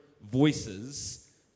voices